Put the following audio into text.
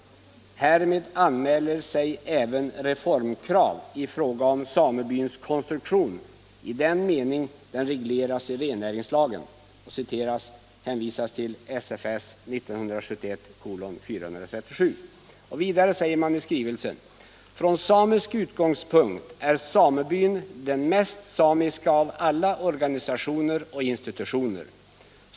Härmed anmäler sig även reformkrav i fråga om samebyns konstruktion i den mening den regleras i rennäringslagen .” Vidare säger man i skrivelsen: "Från samisk utgångspunkt är samebyn den mest samiska av alla organisationer och institutioner.